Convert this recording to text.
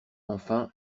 enfin